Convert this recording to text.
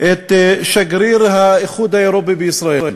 את שגריר האיחוד האירופי בישראל,